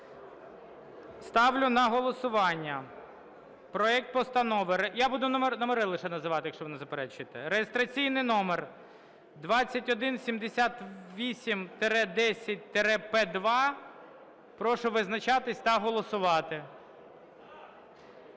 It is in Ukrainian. Ставлю на голосування проект постанови... Я буду номери лише називати, якщо не заперечуєте. Реєстраційний номер 2178-10-П2. Прошу визначатися та голосувати.